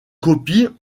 copies